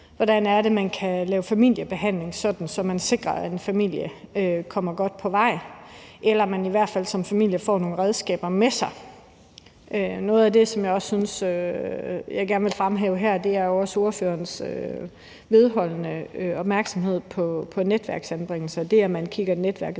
hvordan man kan lave familiebehandling, sådan at man sikrer, at en familie kommer godt på vej, eller at man som familie i hvert fald får nogle redskaber med sig. Noget af det, som jeg også gerne vil fremhæve her, er ordførerens vedholdende opmærksomhed på netværksanbringelser, altså det, at man kigger netværket